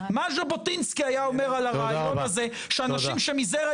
מה ז'בוטינסקי היה אומר על הרעיון הזה שאנשים שמזרע